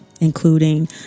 Including